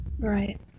Right